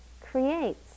creates